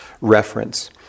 reference